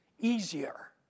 easier